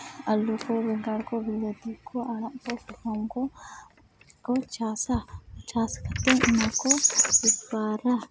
ᱟᱹᱞᱩ ᱠᱚ ᱵᱮᱸᱜᱟᱲ ᱠᱚ ᱵᱤᱞᱟᱹᱛᱤ ᱠᱚ ᱟᱲᱟᱜ ᱠᱚ ᱥᱟᱠᱟᱢ ᱠᱚᱠᱚ ᱪᱟᱥᱟ ᱪᱟᱥ ᱠᱟᱛᱮᱫ ᱚᱱᱟᱠᱚ ᱵᱮᱯᱟᱨᱟ